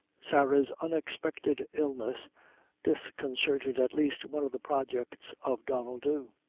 sarah's unexpected illness disconcerted at least one of the projects of donnel dhu.